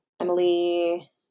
Emily